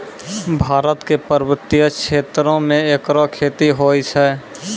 भारत क पर्वतीय क्षेत्रो म एकरो खेती होय छै